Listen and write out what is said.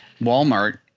Walmart